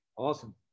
Awesome